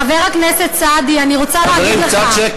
חבר הכנסת סעדי, אני רוצה להקריא לך.